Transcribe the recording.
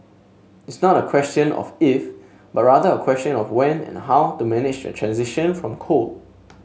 it's not a question of if but rather a question of when and how to manage the transition from coal